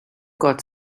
got